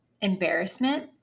embarrassment